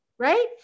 Right